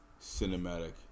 cinematic